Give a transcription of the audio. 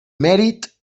mèrit